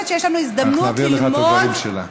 אנחנו נעביר לך את הדברים שלה.